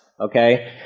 okay